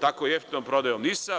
tako jeftinom prodajom NIS-a.